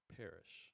perish